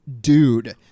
dude